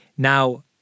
Now